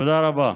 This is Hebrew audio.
תודה רבה.